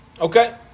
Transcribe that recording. Okay